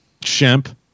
Shemp